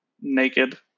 naked